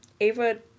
Ava